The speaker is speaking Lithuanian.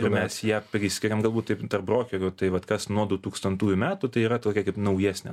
ir mes ją priskiriam galbūt taip brokeriui tai vat kas nuo du tūkstantųjų metų tai yra tokia kaip naujesnė